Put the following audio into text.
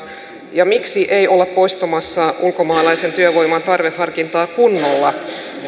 miksi ei olla poistamassa ulkomaalaisen työvoiman tarveharkintaa kunnolla